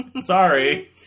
Sorry